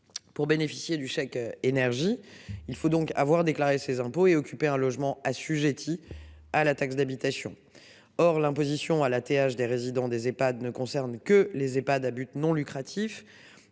Pour bénéficier du chèque énergie. Il faut donc avoir déclaré ses impôts et occuper un logement assujettis à la taxe d'habitation. Or l'imposition à la TH des résidents des Ehpads ne concerne que les EPHAD, à but non lucratif